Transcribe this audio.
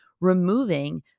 removing